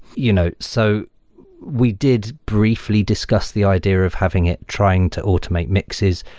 you know so we did briefly discussed the idea of having it trying to automate mixes,